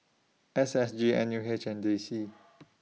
S S G N U H and D C